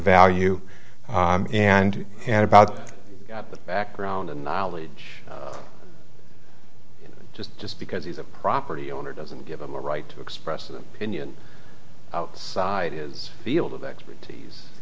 value and and about the background and knowledge just just because he's a property owner doesn't have the right to express an opinion side is field of expertise